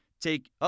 take –